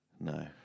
No